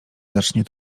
zacznie